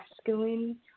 masculine